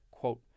quote